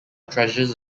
treasures